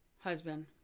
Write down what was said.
husband